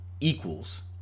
equals